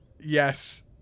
Yes